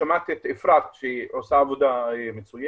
שמעתי את אפרת, שהיא עושה עבודה מצוינת,